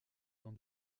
dans